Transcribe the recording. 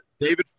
David